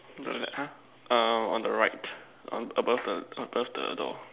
got the uh err on the right on above the above the door